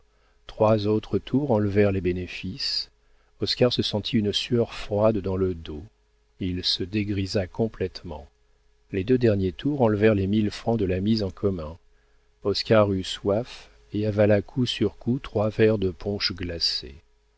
trois autres tours enlevèrent les bénéfices oscar se sentit une sueur froide dans le dos il se dégrisa complétement les deux derniers tours enlevèrent les mille francs de la mise en commun oscar eut soif et avala coup sur coup trois verres de punch glacé